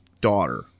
daughter